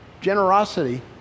generosity